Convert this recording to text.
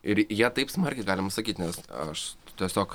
ir jie taip smarkiai galima sakyt nes aš tiesiog